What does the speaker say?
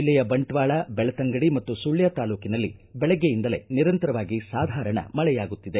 ಜಿಲ್ಲೆಯ ಬಂಟ್ವಾಳ ಬೆಳ್ತಂಗಡಿ ಮತ್ತು ಸುಳ್ಯ ತಾಲೂಕನಲ್ಲಿ ದೆಳಗ್ಗೆಯಿಂದಲೇ ನಿರಂತರವಾಗಿ ಸಾಧಾರಣ ಮಳೆಯಾಗುತ್ತಿದೆ